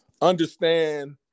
understand